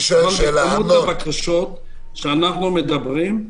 --- בבקשות שאנחנו מדברים.